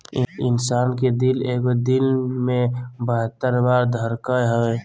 इंसान के दिल एगो दिन मे बहत्तर बार धरकय हइ